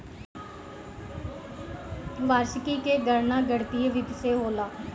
वार्षिकी के गणना गणितीय विधि से होला